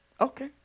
Okay